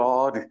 God